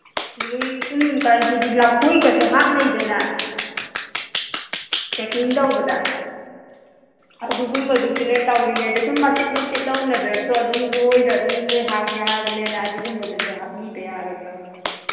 ꯑꯗꯨꯒꯤ ꯁꯨꯝ ꯂꯐꯣꯏꯀꯁꯨ ꯍꯥꯞꯅꯩꯗꯅ ꯄꯦꯀꯤꯡ ꯇꯧꯕꯗ ꯑꯗꯨꯒꯨꯝꯕꯗꯨꯁꯨꯅꯦ ꯇꯧꯔꯤꯉꯩꯗ ꯁꯨꯝ ꯃꯆꯤꯠ ꯃꯆꯤꯠ ꯂꯧꯅꯗ꯭ꯔꯁꯨ ꯑꯗꯨꯝ ꯅꯣꯏꯗ ꯑꯗꯨꯝ ꯅꯣꯏ ꯍꯥꯞꯀꯦ ꯍꯥꯏꯕꯅꯤꯅ ꯑꯗꯨꯒꯨꯝꯕꯗꯨꯁꯨ ꯍꯥꯞꯄꯤꯕ ꯌꯥꯒꯗ꯭ꯔꯥ